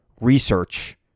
research